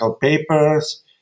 papers